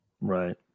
right